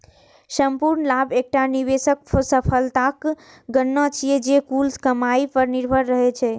संपूर्ण लाभ एकटा निवेशक सफलताक गणना छियै, जे कुल कमाइ पर निर्भर रहै छै